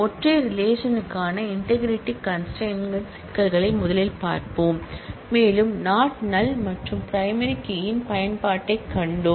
ஒற்றை ரிலேஷன்க்கான integrity constraint சிக்கல்களை முதலில் பார்ப்போம் மேலும் NOT NULL மற்றும் PRIMARY KEY இன் பயன்பாட்டைக் கண்டோம்